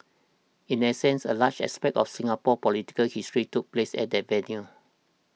in essence a large aspect of Singapore's political history took place at that venue